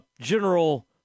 general